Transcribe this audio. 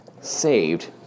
saved